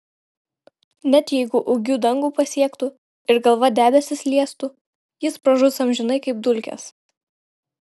net jeigu ūgiu dangų pasiektų ir galva debesis liestų jis pražus amžinai kaip dulkės